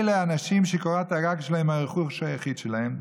אלה אנשים שקורת הגג שלהם היא הרכוש היחיד שלהם,